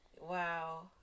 Wow